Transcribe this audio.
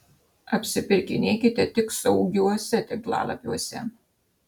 apsipirkinėkite tik saugiuose tinklalapiuose